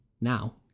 now